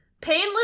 Painless